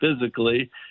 physically